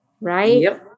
right